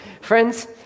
Friends